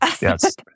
Yes